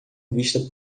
vista